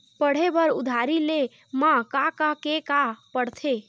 पढ़े बर उधारी ले मा का का के का पढ़ते?